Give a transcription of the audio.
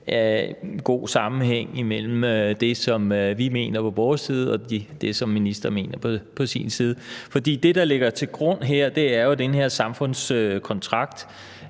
god sammenhæng imellem det, som vi mener på vores side, og det, som ministeren mener på sin side. For det, der ligger til grund her, er jo den her samfundskontrakt,